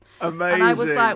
Amazing